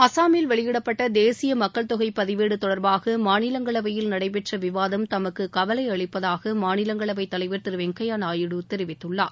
அசாமில் வெளியிடப்பட்ட தேசிய மக்கள் தொகை பதிவேடு தொடர்பாக மாநிலங்களவையில் நடைபெற்ற விவாதம் தமக்கு கவலையளிப்பதாக மாநிலங்களவைத் தலைவர் திரு வெங்கப்யா நாயுடு தெரிவித்துள்ளார்